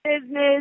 business